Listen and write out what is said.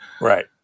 right